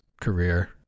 career